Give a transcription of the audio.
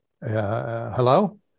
hello